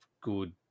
good